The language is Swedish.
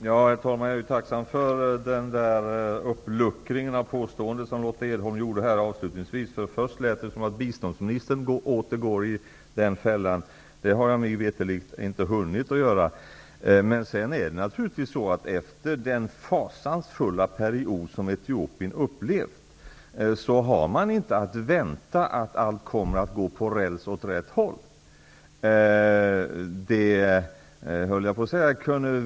Herr talman! Jag är tacksam för den uppluckring av sitt påstående som Lotta Edholm gjorde avslutningsvis. Först lät det som om biståndsministern åter går i fällan. Det har han mig veterligen inte hunnit att göra. Men efter den fasansfulla period som Etiopien har upplevt har man naturligtvis inte att vänta att allt kommer att gå på räls åt rätt håll.